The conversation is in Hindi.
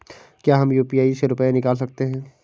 क्या हम यू.पी.आई से रुपये निकाल सकते हैं?